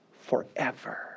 forever